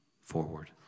forward